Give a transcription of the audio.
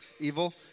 evil